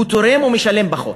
הוא תורם ומשלם פחות,